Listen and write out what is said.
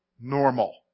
Normal